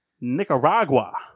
Nicaragua